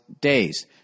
days